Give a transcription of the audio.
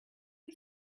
pwy